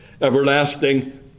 everlasting